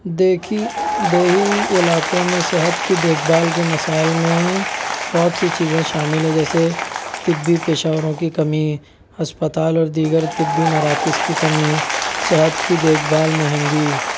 دیکھی دیہی علاقوں میں صحت کی دیکھ بھال کے مسائل میں بہت سی چیزیں شامل ہیں جیسے طبی پیشاوروں کی کمی ہسپتال اور دیگر طبی مراکز کی کمی صحت کی دیکھ بھال مہنگی